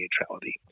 neutrality